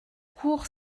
cours